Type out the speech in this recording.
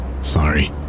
sorry